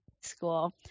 school